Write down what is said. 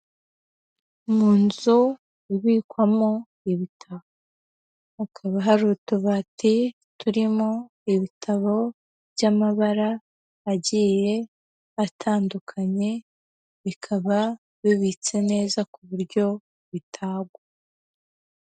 Munzu ubikwamo ibitabo, hakaba hari utubati turimo ibitabo by'amabara agiye atandukanye bikaba bibitse neza ku buryo bitagwa.